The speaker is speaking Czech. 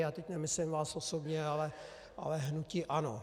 A teď nemyslím vás osobně, ale hnutí ANO.